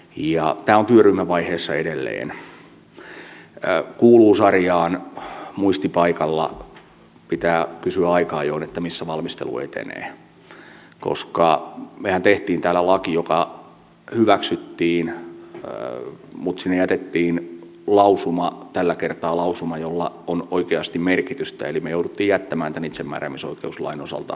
tämä on työryhmävaiheessa edelleen kuuluu sarjaan muistipaikalla pitää kysyä aikaa jo että missä valmistelu etenee koska mehän teimme täällä lain joka hyväksyttiin mutta sinne jätettiin lausuma tällä kertaa lausuma jolla on oikeasti merkitystä eli me jouduimme jättämään tämän itsemääräämisoikeuslain osalta tilanteen auki